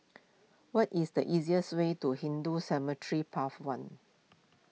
what is the easiest way to Hindu Cemetery Path one